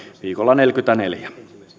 viikolla neljäkymmentäneljä